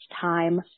time